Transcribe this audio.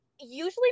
usually